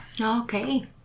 Okay